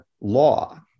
law